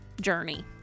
journey